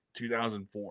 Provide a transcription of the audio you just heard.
2004